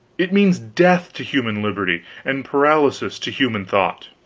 it means death to human liberty and paralysis to human thought.